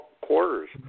Quarters